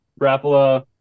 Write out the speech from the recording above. Rapala